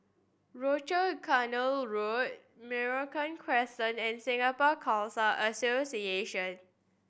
Rochor Canal Road Merino Crescent and Singapore Khalsa Association